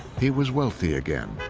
he was wealthy again.